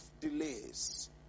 delays